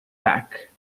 back